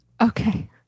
Okay